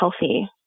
healthy